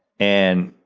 and,